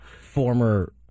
former